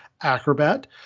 acrobat